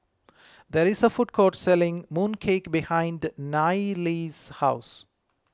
there is a food court selling Mooncake behind Nayely's house